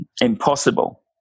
impossible